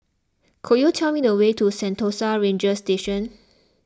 could you tell me the way to Sentosa Ranger Station